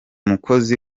mukozi